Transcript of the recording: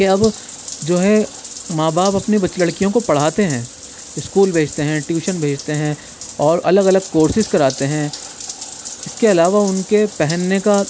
کہ اب جو ہے ماں باپ اپنے لڑکیوں کو پڑھاتے ہیں اسکول بھیجتے ہیں ٹیوشن بھیجتے ہیں اور الگ الگ کورسیسز کراتے ہیں اس کے علاوہ ان کے پہننے کا